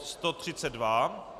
132.